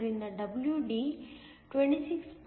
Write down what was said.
ಆದ್ದರಿಂದ WD 26